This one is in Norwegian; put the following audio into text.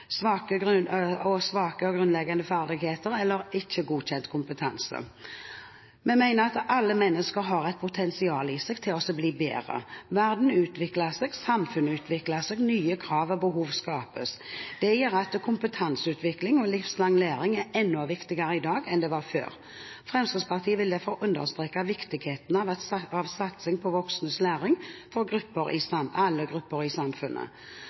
svake grunnleggende ferdigheter eller ikke godkjent kompetanse. Vi mener at alle mennesker har et potensial i seg til å bli bedre. Verden utvikler seg, samfunnet utvikler seg, nye krav og behov skapes. Det gjør at kompetanseutvikling og livslang læring er enda viktigere i dag enn det var før. Fremskrittspartiet vil derfor understreke viktigheten av satsing på voksnes læring for alle grupper i samfunnet.